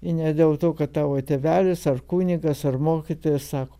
i ne dėl to kad tavo tėvelis ar kunigas ar mokytojas sako